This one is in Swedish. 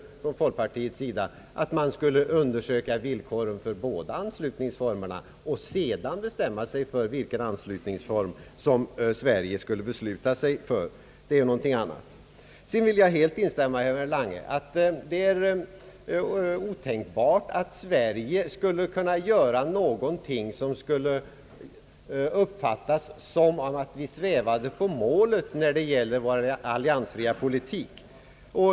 Vi framhöll att man skulle undersöka villkoren för båda ansökningsformerna och sedan bestämma vilken form som Sverige skulle besluta sig för. Jag instämmer med herr Lange att det är otänkbart att Sverige skulle kunna göra någonting som kan uppfattas som att Sverige svävade på målet när det gäller vår alliansfria politik.